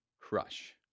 crush